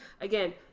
Again